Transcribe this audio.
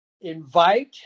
invite